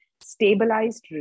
stabilized